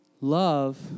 Love